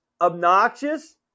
obnoxious